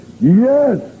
Yes